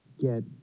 get